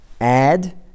add